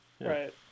Right